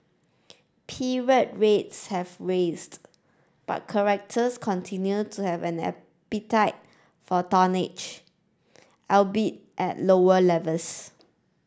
period rates have raised but charterers continued to have an appetite for tonnage albeit at lower levels